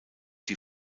die